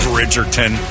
Bridgerton